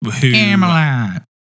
Camelot